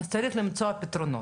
אז צריך למצוא פתרונות.